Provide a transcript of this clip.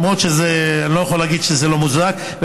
למרות שאני לא יכול להגיד שזה לא מוצדק.